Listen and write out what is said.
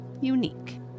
unique